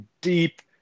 deep